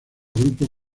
grupos